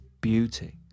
beauty